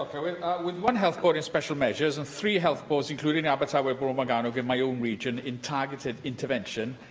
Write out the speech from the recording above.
ah ah with one health board in special measures and three health boards, including abertawe bro morgannwg in my own region, in targeted intervention,